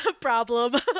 problem